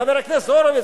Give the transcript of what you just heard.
חבר הכנסת הורוביץ,